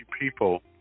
people